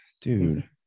dude